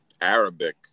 Arabic